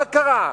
מה קרה?